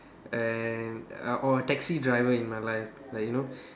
and or a taxi driver in my life like you know